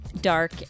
Dark